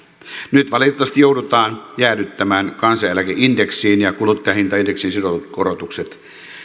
nyt valitettavasti joudutaan jäädyttämään kansaneläkeindeksiin ja kuluttajahintaindeksiin sidotut korotukset